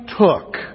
took